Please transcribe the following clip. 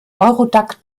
eurodac